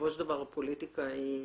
בסופו של דבר פוליטיקה היא